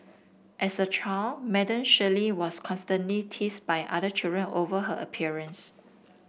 as a child Madam Shirley was constantly teased by other children over her appearance